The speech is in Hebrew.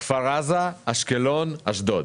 כפר עזה, אשקלון, אשדוד.